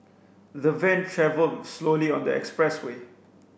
the van travelled slowly on the expressway